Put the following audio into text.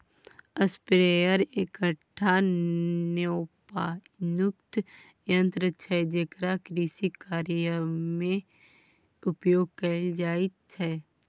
sprayer एकटा नोपानियुक्त यन्त्र छै जेकरा कृषिकार्यमे उपयोग कैल जाइत छै